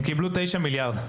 הם קיבלו 9 מיליארד.